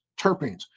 terpenes